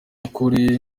ukuri